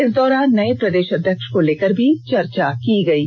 इस दौरान नए प्रदेष अध्यक्ष को लेकर भी चर्चा की गयी